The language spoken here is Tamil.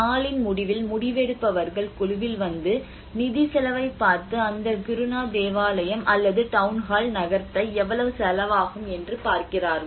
நாளின் முடிவில் முடிவெடுப்பவர்கள் குழுவில் வந்து நிதி செலவைப் பார்த்து அந்த கிருணா தேவாலயம் அல்லது டவுன்ஹால் நகர்த்த எவ்வளவு செலவாகும் என்று பார்க்கிறார்கள்